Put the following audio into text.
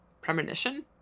premonition